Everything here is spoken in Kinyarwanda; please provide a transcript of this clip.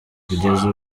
kugeza